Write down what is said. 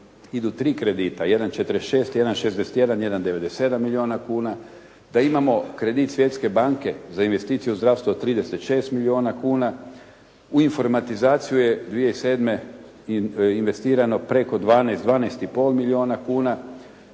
idu tri kredita, jedan 46, jedan 61, jedan 97 milijuna kuna. Da imamo kredit Svjetske banke za investiciju u zdravstvo od 36 milijuna kuna. U informatizaciju je 2007. investirano preko 12,5 milijuna kuna.